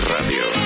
Radio